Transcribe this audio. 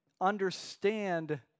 understand